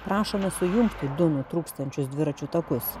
rašoma sujungti du nutrūkstančius dviračių takus